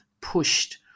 pushed